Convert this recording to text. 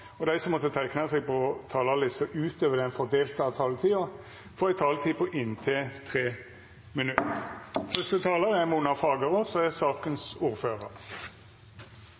og dei talarane som måtte teikna seg på talarlista utover den fordelte taletida, får også ei taletid på inntil 3 minutt. Samiske kulturminner er spor etter samisk bruk og